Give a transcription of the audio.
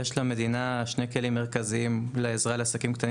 יש למדינה שני כלים מרכזיים לעזרה לעסקים קטנים